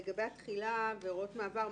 לגבי התחילה והוראות מעבר,